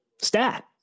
stat